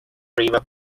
river